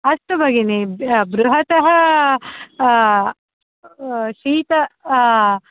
अस्तु भगिनि बृहतः शीतम्